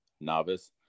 novice